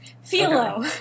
Philo